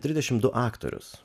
trisdešim du aktorius